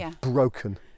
broken